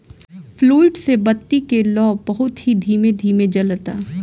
fluid से बत्ती के लौं बहुत ही धीमे धीमे जलता